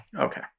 Okay